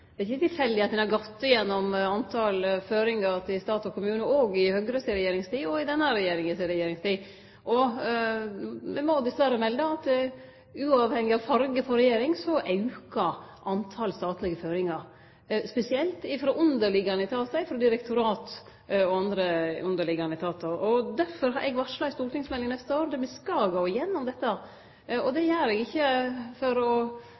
Det er ikkje tilfeldig at ein har gått gjennom talet på føringar til stat og kommune – i Høgres regjeringstid og i denne regjeringas regjeringstid. Me må dessverre melde at uavhengig av farge på regjeringa aukar talet på statlege føringar, spesielt frå direktorat og andre underliggjande etatar. Derfor har eg varsla ei stortingsmelding neste år der me skal gå gjennom dette. Det gjer eg ikkje for å